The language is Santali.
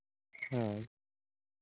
ᱦᱳᱭ